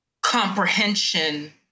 comprehension